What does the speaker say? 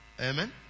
Amen